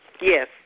Yes